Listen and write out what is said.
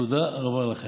תודה רבה לכם.